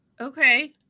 Okay